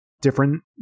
Different